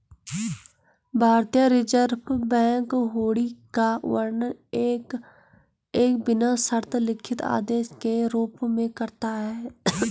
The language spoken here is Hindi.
भारतीय रिज़र्व बैंक हुंडी का वर्णन एक बिना शर्त लिखित आदेश के रूप में करता है